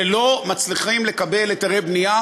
כשלא מצליחים לקבל היתרי בנייה,